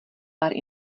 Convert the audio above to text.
pár